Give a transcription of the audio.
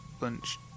lunch